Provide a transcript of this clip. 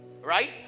right